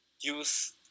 use